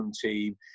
team